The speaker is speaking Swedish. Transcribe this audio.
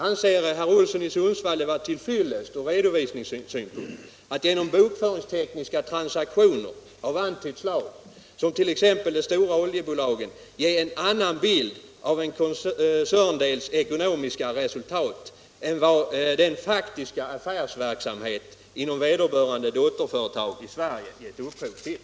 Anser herr Olsson i Sundsvall det vara till fyllest från redovisningssynpunkt att som t.ex. de stora oljebolagen genom bokföringstekniska transaktioner av antytt slag ge en annan bild av en koncerndels ekonomiska resultat än vad den faktiska affärsverksamheten inom vederbörande dotterföretag i Sverige gett upphov till?